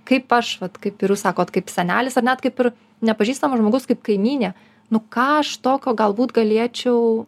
kaip aš vat kaip ir jūs sakot kaip senelis ar net kaip ir nepažįstamas žmogus kaip kaimynė nu ką aš tokio galbūt galėčiau